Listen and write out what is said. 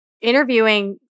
interviewing